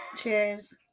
Cheers